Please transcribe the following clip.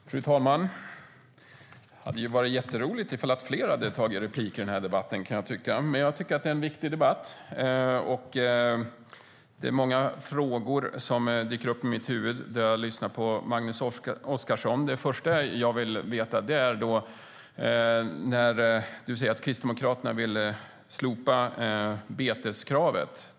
Fru talman! Det hade varit jätteroligt ifall fler hade tagit replik i debatten, kan jag tycka. Det är en viktig debatt. Det är många frågor som dyker upp i mitt huvud när jag lyssnar på Magnus Oscarsson.Först och främst vill jag veta följande. Du säger att Kristdemokraterna vill slopa beteskravet.